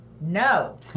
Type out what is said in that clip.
No